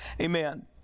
Amen